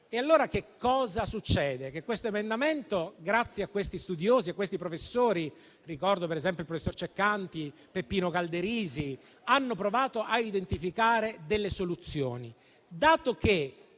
Allora che cosa succede con questo emendamento? Questi studiosi e questi professori, tra cui ricordo il professor Ceccanti e Peppino Calderisi, hanno provato a identificare delle soluzioni.